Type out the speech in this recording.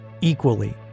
equally